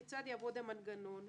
כיצד יעבוד המנגנון?